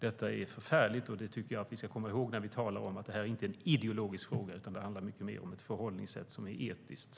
Detta är förfärligt, och det tycker jag att vi ska komma ihåg när vi talar om det här. Det är inte en ideologisk fråga, utan det handlar mycket mer om ett förhållningssätt som är etiskt.